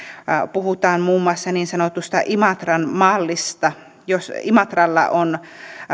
puhutaan muun muassa niin sanotusta imatran mallista imatralla on